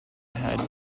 had